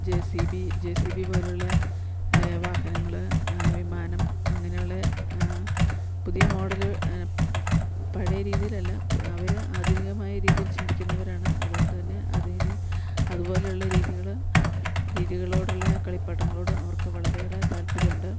J C B J C B പോലുള്ള വാഹനങ്ങള് വിമാനം അങ്ങനെ ഉള്ള പുതിയ മോഡല് പഴയ രീതിയിലല്ല അവര് ആധുനികമായ രീതിയിൽ ചിന്തിക്കുന്നവരാണ് അതുകൊണ്ട് തന്നെ അതിനി അത്പോലെയുള്ള രീതികള് രീതികളോടുള്ള കളിപ്പാട്ടങ്ങളോട് അവർക്ക് വളരേറെ താൽപര്യമുണ്ട്